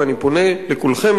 ואני פונה לכולכם,